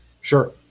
Sure